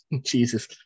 Jesus